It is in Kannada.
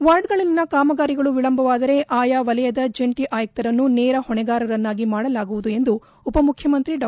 ವಾರ್ಡ್ಗಳಲ್ಲಿನ ಕಾಮಗಾರಿಗಳು ವಿಳಂಬವಾದರೆ ಆಯಾ ವಲಯದ ಜಂಟ ಆಯುಕ್ತರನ್ನು ನೇರ ಹೊಣೆಗಾರರನ್ನಾಗಿ ಮಾಡಲಾಗುವುದು ಎಂದು ಉಪಮುಖ್ಯಮಂತ್ರಿ ಡಾ